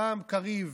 גם קריב